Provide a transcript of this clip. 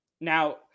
Now